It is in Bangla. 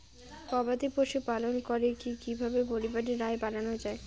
গবাদি পশু পালন করে কি কিভাবে পরিবারের আয় বাড়ানো যায়?